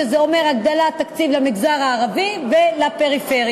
שזה אומר הגדלת תקציב למגזר הערבי ולפריפריה.